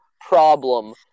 problem